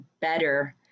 better